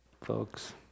folks